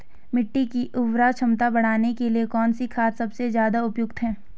मिट्टी की उर्वरा क्षमता बढ़ाने के लिए कौन सी खाद सबसे ज़्यादा उपयुक्त है?